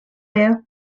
you